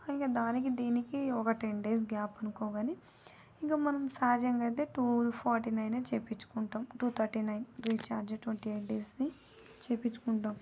ఇంక దానికి దీనికి ఒక టెన్ డేస్ గ్యాప్ అనుకోవాలి ఇంకా మనం సహజంగా అయితే టూ ఫార్టీ నైన్ఏ చేపించుకుంటాం two thirty nine recharge twenty eight డేస్ది చేపించుకుంటాం